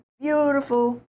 beautiful